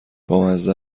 بامزه